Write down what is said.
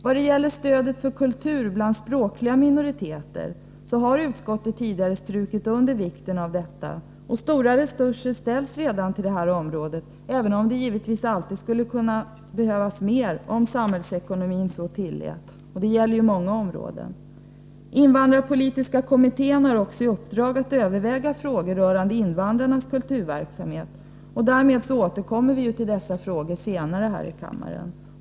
Utskottet har tidigare strukit under vikten av stödet till kulturverksamhet bland språkliga minoriteter. Stora resurser ges redan till detta område, även om det givetvis alltid skulle kunna ges mer om samhällsekonomin så tillät, men det gäller ju många områden. Invandrarpolitiska kommittén har i uppdrag att överväga frågor rörande invandrarnas kulturverksamhet. Därmed återkommer vi till dessa frågor senare här i kammaren.